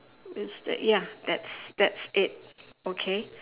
it's the ya that's that's it okay